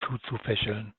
zuzufächeln